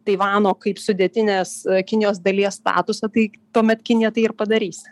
taivano kaip sudėtinės kinijos dalies statusą tai tuomet kinija tai ir padarys